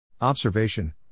Observation